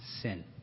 sin